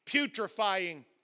putrefying